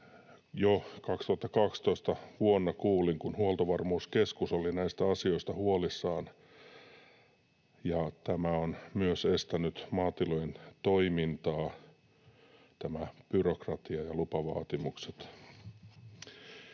Jo vuonna 2012 kuulin, kun Huoltovarmuuskeskus oli näistä asioista huolissaan. Tämä byrokratia ja lupavaatimukset